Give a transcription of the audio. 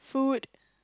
food